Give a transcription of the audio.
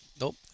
nope